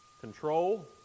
control